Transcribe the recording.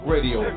Radio